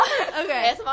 Okay